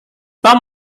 tom